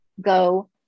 go